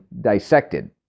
dissected